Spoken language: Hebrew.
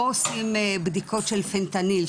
לא עושים בדיקות של פנטניל,